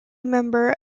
member